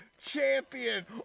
Champion